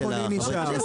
המשך הדיון,